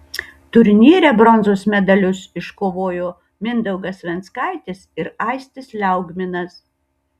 turnyre bronzos medalius iškovojo mindaugas venckaitis ir aistis liaugminas